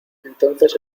entonces